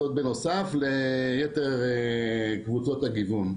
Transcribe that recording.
זאת בנוסף ליתר קבוצות הגיוון.